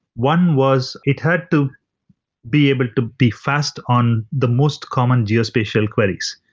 one was it had to be able to be fast on the most common geospatial queries.